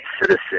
citizen